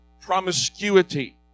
promiscuity